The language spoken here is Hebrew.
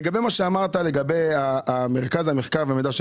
לגבי מה שאמרת לגבי מרכז המחקר והמידע של